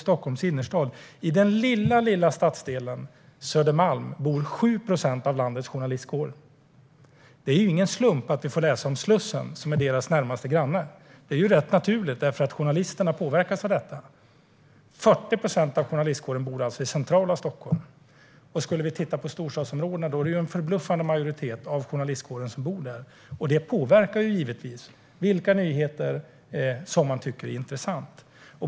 Och i den lilla stadsdelen Södermalm bor 7 procent av landets journalister. Det är ju ingen slump att vi får läsa om Slussen, som är deras närmaste granne. Det är snarare rätt naturligt, eftersom journalisterna påverkas av det här. 40 procent av journalisterna bor alltså i centrala Stockholm. Tittar vi på storstadsområdena ser vi att en förbluffande majoritet av journalistkåren bor där. Detta påverkar givetvis vilka nyheter som de tycker är intressanta.